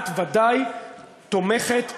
את ודאי תומכת ומקבלת.